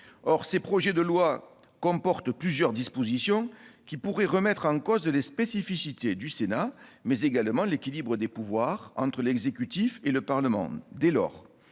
Or ces projets de loi comportent plusieurs dispositions qui pourraient remettre en cause les spécificités du Sénat, mais également l'équilibre des pouvoirs entre l'exécutif et le Parlement.